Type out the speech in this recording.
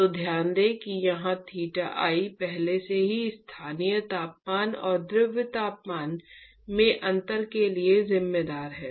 तो ध्यान दें कि यहां थीटा I पहले से ही स्थानीय तापमान और द्रव तापमान में अंतर के लिए जिम्मेदार है